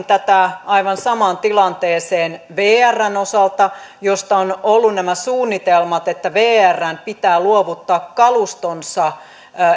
tätä aivan samaan tilanteeseen vrn osalta kun on ollut nämä suunnitelmat että vrn pitää luovuttaa kalustonsa